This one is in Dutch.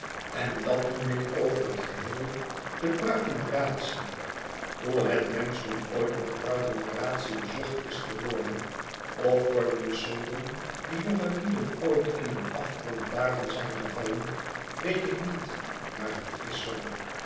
en dat noem ik over het geheel pruikenmeratie hoe het menschdom ooit met pruikenmeratie bezocht is geworden of voor wiens zonden die jongelieden ooit in een afgrond daarvan zijn gevallen weet ik niet maar het is zoo